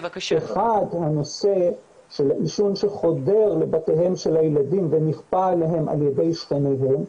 הנושא של העישון שחודר לבתיהם של הילדים ונכפה עליהם על ידי שכניהם.